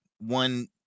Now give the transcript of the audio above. one